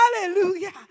hallelujah